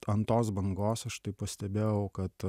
žant tos bangos aš tai pastebėjau kad